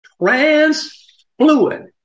trans-fluid